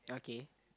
okay